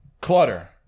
clutter